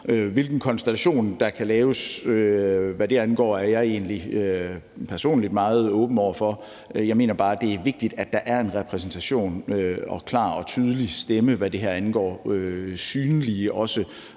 Hvilken konstellation der kan laves, hvad det angår, er jeg egentlig personligt meget åben over for. Jeg mener bare, det er vigtigt, at der er en repræsentation og en klar og tydelig stemme, hvad det her angår, også